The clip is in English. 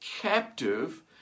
captive